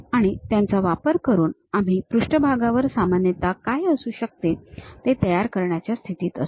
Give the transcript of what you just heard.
आणि त्यांचा वापर करून आम्ही पृष्ठभागावर सामान्यतः काय असू शकते ते तयार करण्याच्या स्थितीत असू